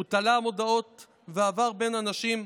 הוא תלה מודעות ועבר בין אנשים,